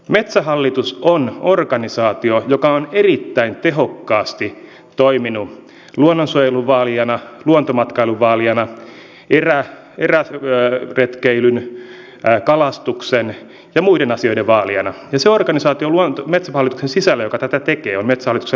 metsähallitus on organisaatio joka on erittäin tehokkaasti toiminut luonnonsuojelun vaalijana luontomatkailun vaalijana eräretkeilyn kalastuksen ja muiden asioiden vaalijana ja se organisaatio metsähallituksen sisällä joka tätä tekee on metsähallituksen luontopalvelut